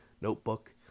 notebook